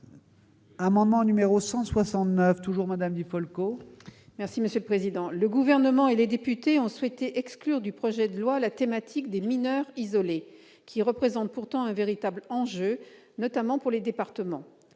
Le Gouvernement et les députés ont souhaité exclure du projet de loi la thématique des mineurs isolés, qui représente pourtant un véritable enjeu, notamment pour les départements.